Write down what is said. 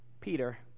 Peter